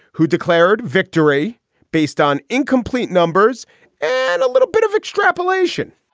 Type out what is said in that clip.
who declared victory based on incomplete numbers and a little bit of extrapolation